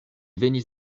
venis